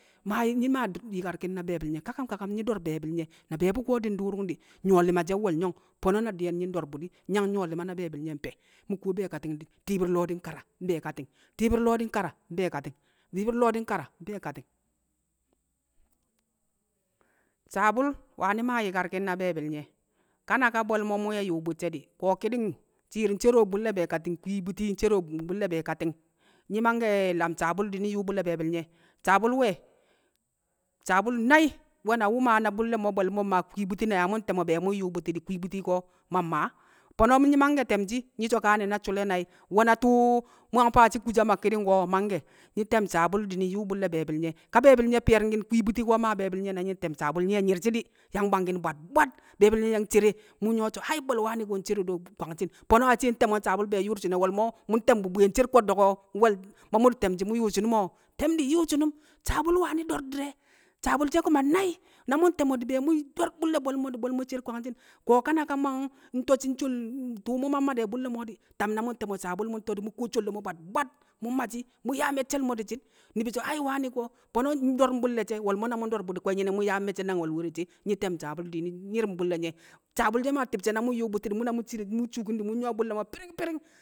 Maa nyi̱ maa yi̱karki̱n na be̱e̱bi̱l nye̱ kakam kakam nyi̱ do̱r be̱e̱bi̱l nye̱, na be̱e̱bu̱ ko̱ ndu̱u̱ru̱ng di̱, nyu̱wo̱ li̱ma she̱ nwo̱lyo̱ng. Fo̱no̱ na di̱ye̱n nyi̱ ndo̱r bu̱ di̱ nyi̱ nyang nyu̱wo̱ li̱ma na be̱e̱bi̱l nye̱ mfe̱? Mu̱ kuwo be̱e̱kati̱ng be̱, ti̱i̱bi̱r lo̱o̱ di̱ nkara mbe̱e̱kati̱ng, ti̱i̱bi̱r lo̱o̱ di̱ nkara mbe̱e̱kati̱ng, ti̱i̱bi̱r lo̱o̱ di̱ nkara mbe̱e̱kati̱ng. Sabul wani̱ maa yi̱karki̱n na be̱e̱bi̱l nye̱, kanaka bo̱l mo̱ mu̱ wẹ yu̱u̱ bu̱cce̱ di̱. Ko̱ ki̱ni̱ng shi̱i̱r ncero a bu̱lle̱ be̱e̱kati̱ng, kwii bu̱ti̱ ncero bu̱lle̱ be̱e̱kati̱ng. Nyi̱ mangke̱ lam sabul di̱ nyu̱u̱ bu̱lle̱ be̱e̱bi̱l nye̱. Sabul we̱, sabul nai̱ nwe̱ na wu̱ maa na bu̱lle̱ bo̱l mo̱ nkwii bu̱ti̱ na mu̱ nte̱mo̱ mu̱ nyu̱u̱ bu̱ti̱ di̱ kwii bu̱ti̱ ko̱ ma mmaa. Fo̱no̱ ko̱ nyi̱ mangke̱ te̱mshi̱ nyi̱ so̱ nwe̱ na sule nai̱. Nwe̱ na tu̱u̱ mu̱ yang faashi̱ kusam kɪni̱ng o̱? Mangke̱. Nyi̱ te̱m sabul di̱ ny̱i̱ yu̱u̱ bu̱lle̱ be̱e̱bi̱l nye̱, ka be̱e̱bi̱l nye̱ fi̱ye̱ri̱ngki̱n kwii bu̱ti̱ ko̱ maa be̱e̱bi̱l nye̱ na nyi̱ nte̱m sabul nyi̱ we̱ nyi̱r shi̱ di̱, di̱ yang bwangki̱n bwad bwad be̱e̱bi̱l nye̱ yang cere mu̱ nyu̱wo̱ so̱ ai bo̱l wani̱ ko̱, bo̱l wani ko̱ nshero do kwanshi̱n. Fo̱no̱ ashe nte̱mo̱ nsabul be̱e̱ nyu̱u̱ bu̱ti̱ di̱shi̱n e̱. Wo̱lmo̱ mu̱ ntẹm bu̱ bwi̱ye̱ ncer ko̱ddo̱k o̱ ma mu̱ di̱ te̱mshi̱ mu̱ yu̱u̱ shi̱nu̱m o̱? Tẹm di̱ nyu̱u̱ shi̱nu̱m sabul wani̱ do̱r di̱re̱, sabul she̱ kuma nai̱. Na mu̱ nte̱mo̱ di̱ be̱e̱ mu̱ do̱r bu̱lle̱ bo̱l mo̱ di̱ bo̱l o̱ cer kwangshi̱n ko̱ kanaka mu̱ yang nto̱ shi̱ ntu̱u̱ sholi mu̱ mamma de̱ a bu̱lle̱ mo̱ di̱, tam na mu̱ nte̱mo̱ sabul mu̱ nto̱ di̱, mu̱ kuwo sholle mo̱ bwad bwad. Mu̱ mma shi̱ mu̱ yaa me̱cce̱l mo̱ di̱shi̱n, ni̱bi̱ so̱ ai wane ko̱, fo̱no̱ ndo̱r bu̱lle̱ she̱ wo̱lmo̱ na mu̱ ndo̱r bu̱ di̱ kwe̱nyi̱nẹ mu̱ yaam me̱cce̱ nang we̱l were she̱? Nyi̱ te̱m sabul di̱ nyi̱ nyi̱ri̱ng bu̱lle̱ nye̱. Sabul maa ti̱bshe̱ na mu̱ nyu̱u̱ bu̱ti̱ mu̱ cere mu̱ shuukin di̱ mu̱ nyu̱wo̱ bu̱lle̱ mo̱ fi̱ri̱ng fi̱ri̱ng.